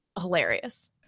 hilarious